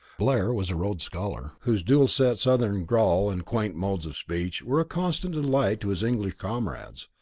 blair was a rhodes scholar whose dulcet southern drawl and quaint modes of speech were a constant delight to his english comrades.